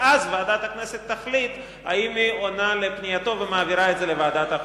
ואז ועדת הכנסת תחליט אם היא עונה לפנייתו ומעבירה את זה לוועדת החוקה.